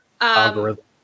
Algorithm